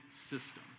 system